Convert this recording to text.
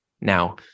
now